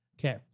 Okay